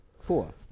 four